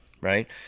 right